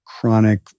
chronic